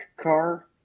car